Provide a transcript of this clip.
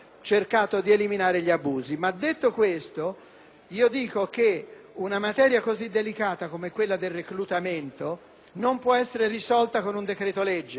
avviso, una materia così delicata come quella del reclutamento non può essere risolta con un decreto-legge che, per l'ennesima volta, cambia i meccanismi